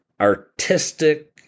artistic